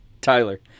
Tyler